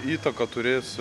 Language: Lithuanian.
įtaką turės